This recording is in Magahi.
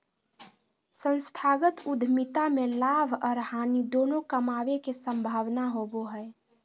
संस्थागत उद्यमिता में लाभ आर हानि दोनों कमाबे के संभावना होबो हय